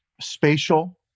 spatial